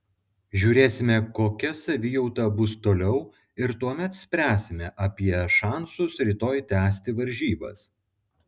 žiūrėsime kokia savijauta bus toliau ir tuomet spręsime apie šansus rytoj tęsti varžybas